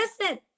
listen